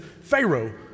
Pharaoh